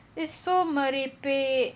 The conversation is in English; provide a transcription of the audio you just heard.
it's so merepek